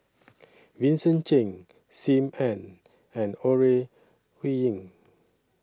Vincent Cheng SIM Ann and Ore Huiying